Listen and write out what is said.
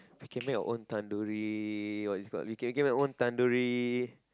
we can make our own tandoori all these kind we can get our own tandoori